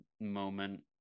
moment